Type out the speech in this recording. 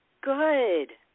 good